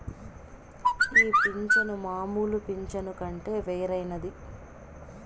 ఈ పింఛను మామూలు పింఛను కంటే వేరైనది